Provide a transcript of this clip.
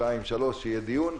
14:00-15:00 יהיה דיון,